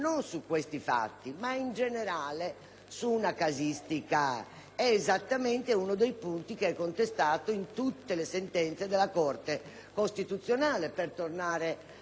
è esattamente uno dei punti che è contestato in tutte le sentenze della Corte costituzionale, per tornare al problema come ci è stato posto all'inizio.